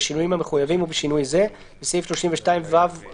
בשינויים המחויבים ובשינוי זה: בסעיף 32ו(ב),